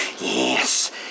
yes